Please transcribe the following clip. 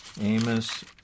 Amos